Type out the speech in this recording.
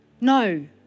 No